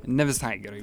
ne visai gerai